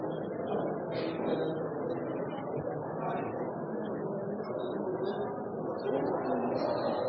nå er satt